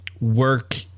work